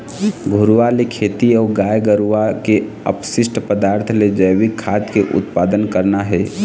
घुरूवा ले खेती अऊ गाय गरुवा के अपसिस्ट पदार्थ ले जइविक खाद के उत्पादन करना हे